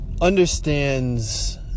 understands